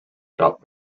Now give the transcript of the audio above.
dropped